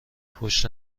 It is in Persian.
پشت